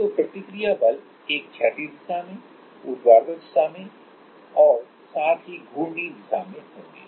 तो प्रतिक्रिया बल एक क्षैतिज दिशा में ऊर्ध्वाधर दिशा में और साथ ही घूर्णी दिशा में होंगे